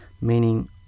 meaning